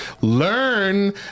learn